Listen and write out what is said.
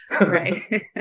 Right